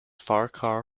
farquhar